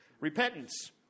repentance